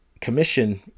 commission